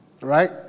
Right